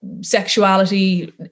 sexuality